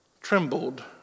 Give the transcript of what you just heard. trembled